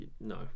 no